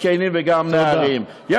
זקנים ונערים.